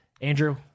Andrew